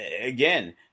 again